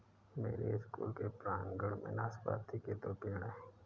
मेरे स्कूल के प्रांगण में नाशपाती के दो पेड़ हैं